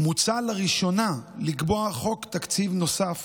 מוצע לראשונה לקבוע חוק תקציב נוסף